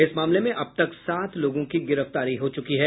इस मामले में अब तक सात लोगों की गिरफ्तारी हो चुकी है